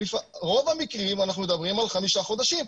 רוב המקרים אנחנו מדברים על חמישה חודשים.